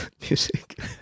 Music